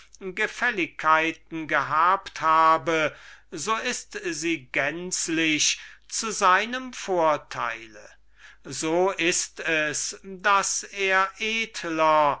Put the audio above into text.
gefälligkeiten gehabt habe so ist sie gänzlich zu seinem vorteil so ist es daß er edler